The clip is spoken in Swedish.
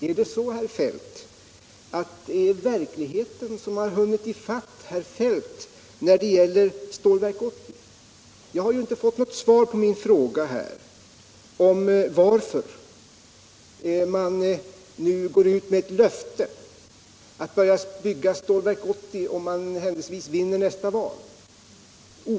Är det så, herr Feldt, att verkligheten hunnit ifatt herr Feldt när det gäller Stålverk 80? Jag har ju inte fått något svar på min fråga om varför socialdemokraterna nu går ut med ett löfte om att omedelbart börja bygga Stålverk 80 om ni händelsevis vinner nästa val.